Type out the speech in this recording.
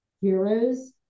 heroes